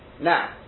Now